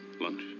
Lunch